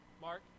mark